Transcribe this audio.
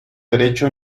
derecho